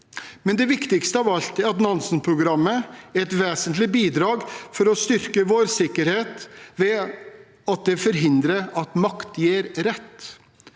Det viktigste av alt er at Nansen-programmet er et vesentlig bidrag for å styrke vår sikkerhet ved at det forhindrer at makt gir rett.